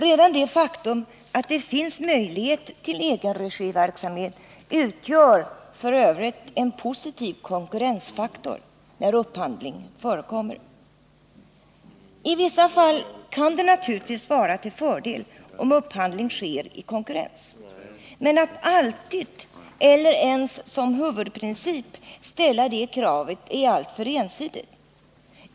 Redan det faktum att det finns möjlighet till egenregiverksamhet utgör f.ö. en positiv konkurrensfaktor, när upphandling förekommer. I vissa fall kan det naturligtvis vara till fördel om upphandling sker i konkurrens. Men att alltid, eller ens som huvudprincip, ställa det kravet är alltför ensidigt.